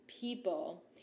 people